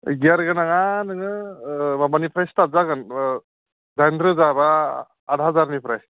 गियार गोनाङा नोङो माबानिफ्राय स्टार्ट जागोन दाइनरोजा बा आठ हाजारनिफ्राय